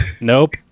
Nope